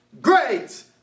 great